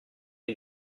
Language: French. est